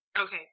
Okay